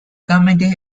committee